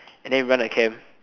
and then run the camp